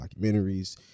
documentaries